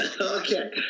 Okay